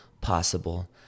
possible